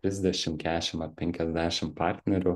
trisdešim kešim ar penkiasdešim partnerių